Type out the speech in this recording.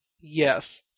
Yes